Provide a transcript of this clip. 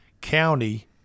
County